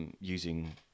using